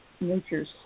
nature's